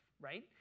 right